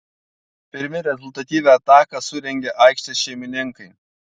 pirmi rezultatyvią ataką surengė aikštės šeimininkai